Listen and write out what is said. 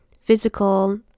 physical